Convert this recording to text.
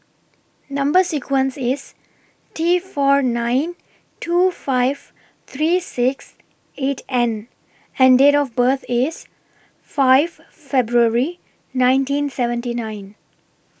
Number sequence IS T four nine two five three six eight N and Date of birth IS five February nineteen seventy nine